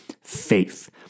faith